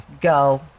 go